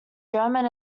german